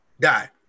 die